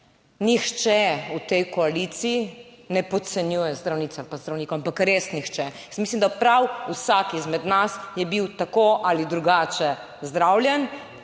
Nihče v tej koaliciji ne podcenjuje zdravnic ali pa zdravnikov, ampak res nihče. Jaz mislim, da prav vsak izmed nas je bil tako ali drugače zdravljen